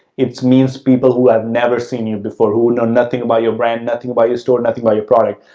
it means people who have never seen you before, who know nothing about your brand, nothing about your store, nothing about your product.